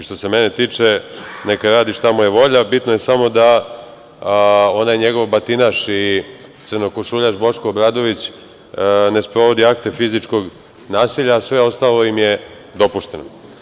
Što se mene tiče neka radi šta mu je volja, bitno je samo da onaj njegov batinaš i crnokošuljaš Boško Obradović, ne sprovodi akte fizičkog nasilja, a sve ostalo im je dopušteno.